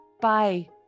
Bye